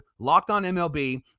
LOCKEDONMLB